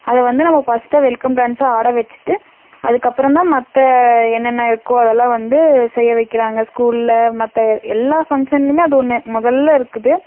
அதை வந்து நம்ம ஃபஸ்ட்டாக வெல்க்கம் டான்ஸாக ஆட வச்சிட்டு அதுக்கு அப்புறந்தான் மற்ற என்னென்ன இருக்கோ அதெல்லாம் வந்து செய்ய வைக்கிறாங்கள் ஸ்கூல்ல மற்ற எல்லா ஃபங்க்ஷன்லையுமே அது ஒன்று முதல்ல இருக்குது